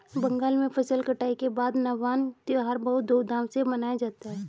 बंगाल में फसल कटाई के बाद नवान्न त्यौहार बहुत धूमधाम से मनाया जाता है